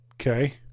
Okay